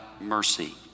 mercy